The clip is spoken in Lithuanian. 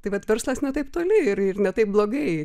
tai vat verslas ne taip toli ir ne taip blogai